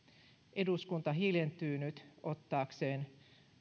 eduskunta hiljentyy nyt ottaakseen